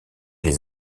les